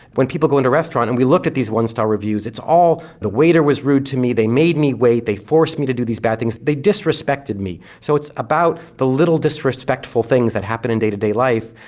when people go into restaurants and we look at these one-star reviews, it's all the waiter was rude to me, they made me wait, they forced me to do these bad things, they disrespected me so it's about the little disrespectful things that happen in day to day life,